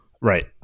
right